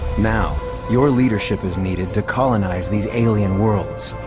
now your leadership is needed to colonise these alien worlds,